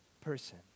person